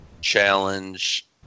challenge –